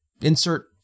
Insert